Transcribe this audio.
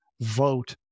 vote